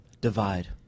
divide